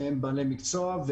הם בעלי מקצוע,